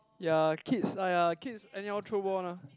ya kids (aiya) kids anyhow throw ball [one] ah